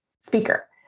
speaker